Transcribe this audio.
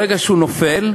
ברגע שהוא נופל,